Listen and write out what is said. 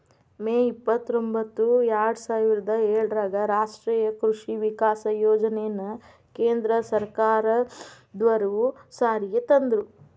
ಮೇ ಇಪ್ಪತ್ರೊಂಭತ್ತು ಎರ್ಡಸಾವಿರದ ಏಳರಾಗ ರಾಷ್ಟೇಯ ಕೃಷಿ ವಿಕಾಸ ಯೋಜನೆನ ಕೇಂದ್ರ ಸರ್ಕಾರದ್ವರು ಜಾರಿಗೆ ತಂದ್ರು